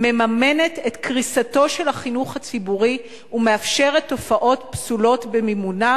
מממנת את קריסתו של החינוך הציבורי ומאפשרת תופעות פסולות במימונה.